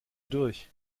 durch